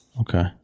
Okay